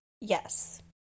yes